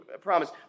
promise